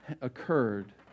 occurred